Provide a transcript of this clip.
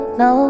no